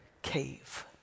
cave